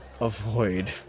avoid